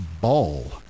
ball